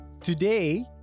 Today